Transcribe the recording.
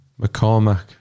McCormack